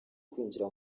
kwinjira